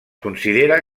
considera